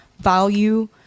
value